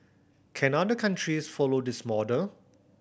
can other countries follow this model